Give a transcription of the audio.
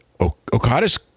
Okada's